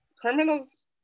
criminals